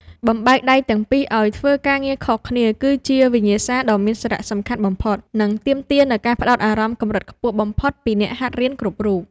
បំបែកដៃទាំងពីរឱ្យធ្វើការងារខុសគ្នាគឺជាវិញ្ញាសាដ៏មានសារៈសំខាន់បំផុត និងទាមទារនូវការផ្ដោតអារម្មណ៍កម្រិតខ្ពស់បំផុតពីអ្នកហាត់រៀនគ្រប់រូប។